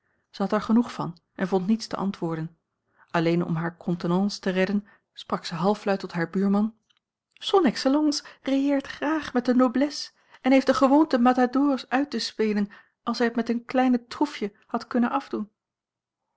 had er genoeg van en vond niets te antwoorden alleen om hare contenance te redden sprak ze halfluid tot haar buurman son excellence railleert graag met de noblesse en heeft de gewoonte matadors uit te spelen als hij het met een klein troefje had kunnen afdoen